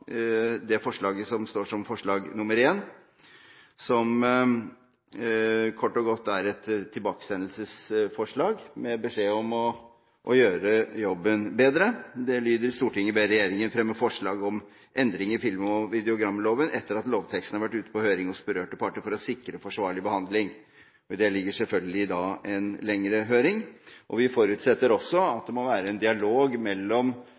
det forslaget som står som forslag nr. 1, som kort og godt er et tilbakesendelsesforslag med beskjed om å gjøre jobben bedre. Det lyder: «Stortinget ber regjeringen fremme forslag til endringer i film og videogramlova, etter at lovteksten har vært ute på høring hos berørte parter for å sikre en forsvarlig behandling.» I det ligger selvfølgelig en lengre høring. Vi forutsetter også at det må være en dialog mellom